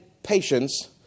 Patience